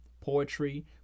poetry